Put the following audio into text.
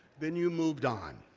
then you moved on.